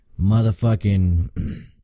motherfucking